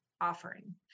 offering